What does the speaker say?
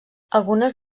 algunes